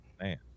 man